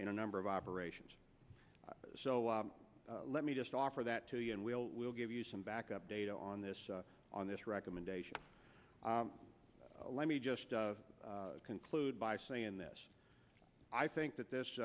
in a number of operations so let me just offer that to you and we'll we'll give you some backup data on this on this recommendation let me just conclude by saying this i think that this